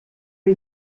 are